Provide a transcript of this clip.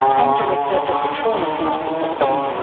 and director of the trauma centre in boston.